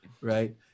right